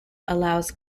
allows